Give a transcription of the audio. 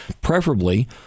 preferably